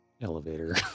Elevator